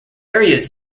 areas